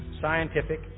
scientific